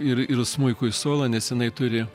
ir ir smuikui solo nes jinai turi